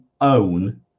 own